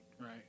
right